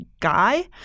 guy